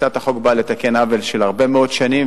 הצעת החוק באה לתקן עוול של הרבה מאוד שנים,